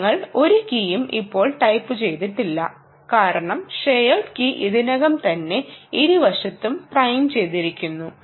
ഞങ്ങൾ ഒരു കീയും ഇപ്പോൾ ടൈപ്പുചെയ്തിട്ടില്ല കാരണം ഷെയേർഡ് കീ ഇതിനകം തന്നെ ഇരുവശത്തും പ്രൈം ചെയ്തിരിക്കുന്നു